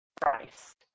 Christ